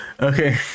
Okay